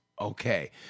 Okay